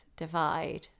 divide